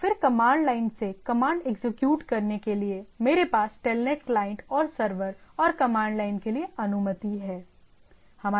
और फिर command line से कमांड एग्जीक्यूट करने के लिए मेरे पास टेलनेट क्लाइंट और सर्वर है और कमांड लाइन के लिए अनुमति है